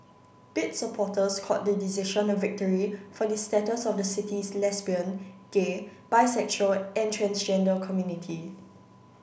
bid supporters called the decision a victory for the status of the city's lesbian gay bisexual and transgender community